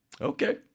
Okay